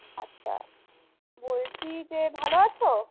আচ্ছা বলছি যে ভালো আছো